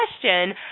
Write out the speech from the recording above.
question